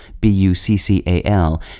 B-U-C-C-A-L